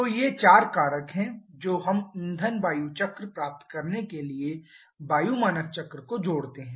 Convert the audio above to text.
तो ये चार कारक हैं जो हम ईंधन वायु चक्र प्राप्त करने के लिए वायु मानक चक्र को जोड़ते हैं